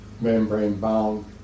membrane-bound